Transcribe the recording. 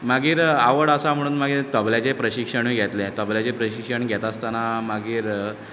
मागीर आवड आसा म्हणून मागीर तबल्याचें प्रशिक्षणूय घेतलें तबल्याचें प्रशिक्षण घेता आसतना मागीर